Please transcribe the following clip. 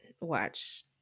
watch